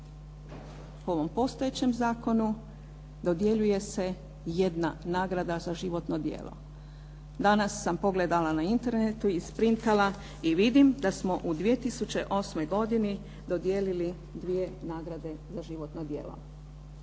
Po ovom postojećem zakonu dodjeljuje se jedna nagrada za životno djelo. Danas sam pogledala na internetu, isprintala i vidim da smo u 2008. godini dodijelili dvije nagrade za životno djelo.